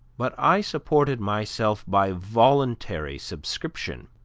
but i supported myself by voluntary subscription.